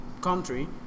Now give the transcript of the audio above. country